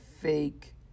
fake